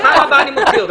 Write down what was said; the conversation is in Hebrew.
בפעם הבאה אני מוציא אותך.